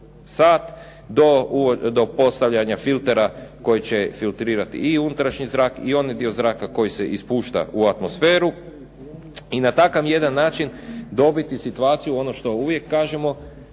sat, do postavljanja filtera koji će filtrirati i unutrašnji zrak i onaj dio zraka koji se ispušta u atmosferu. I na takav jedan način dobiti situaciju, ono što uvijek kažemo,